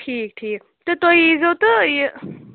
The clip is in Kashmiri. ٹھیٖک ٹھیٖک تہٕ تۄہہِ یِزیو تہٕ یہِ